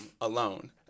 alone